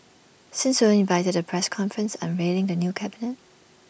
since we weren't invited to the press conference unveiling the new cabinet